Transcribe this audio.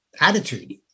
attitude